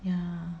ya